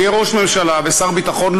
כראש ממשלה ושר ביטחון,